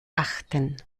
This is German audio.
achten